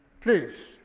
Please